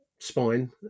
Spine